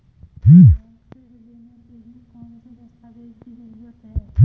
Bank से ऋण लेने के लिए कौन से दस्तावेज की जरूरत है?